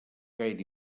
gaire